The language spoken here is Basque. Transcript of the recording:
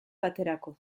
baterako